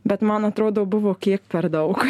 bet man atrodo buvo kiek per daug